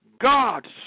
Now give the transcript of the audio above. God